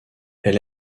elle